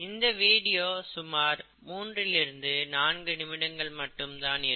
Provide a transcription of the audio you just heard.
இந்த வீடியோ சுமார் மூன்றிலிருந்து நான்கு நிமிடங்கள் மட்டும் தான் இருக்கும்